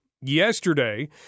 yesterday